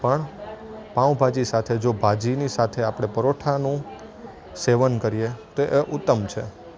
પણ પાઉંભાજી સાથે જો ભાજીની સાથે આપણે પરોઠાનું સેવન કરીએ તો એ ઉત્તમ છે